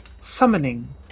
summoning